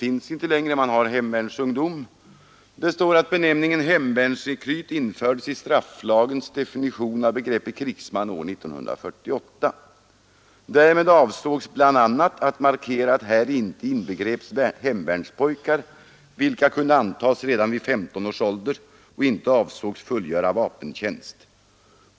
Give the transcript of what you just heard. Utskottet säger på s. 20 i betänkandet: ”Benämningen hemvärnsrekryt infördes i strafflagens definition av begreppet krigsman år 1948. Därmed avsågs bl.a. att markera att häri inte inbegreps hemvärnspojkar, vilka kunde antas redan vid 15 års ålder och inte avsågs fullgöra vapentjänst.